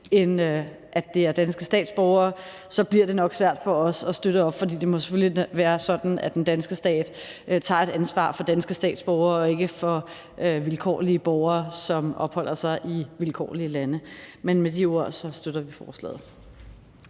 er tale om danske statsborgere, så bliver det nok svært for os at støtte op om forslaget. For det må selvfølgelig være sådan, at den danske stat tager et ansvar for danske statsborgere og ikke for vilkårlige borgere, som opholder sig i vilkårlige lande. Men med de ord støtter vi forslaget.